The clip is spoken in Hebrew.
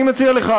אני מציע לך,